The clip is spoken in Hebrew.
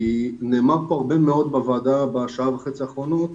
כי נאמר פה הרבה מאוד בוועדה בשעה וחצי האחרונות